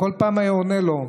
כל פעם היה עונה לו.